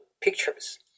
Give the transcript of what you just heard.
pictures